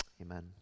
amen